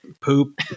poop